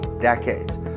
decades